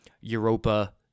Europa